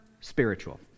spiritual